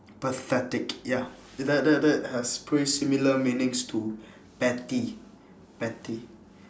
pathetic ya that that that has pretty similar meanings to petty petty